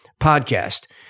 podcast